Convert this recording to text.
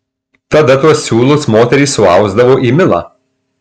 tada tuos siūlus moterys suausdavo į milą